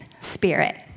spirit